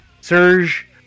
Serge